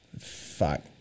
Fuck